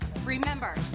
Remember